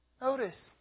Notice